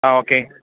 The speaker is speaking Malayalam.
ആ ഓക്കേ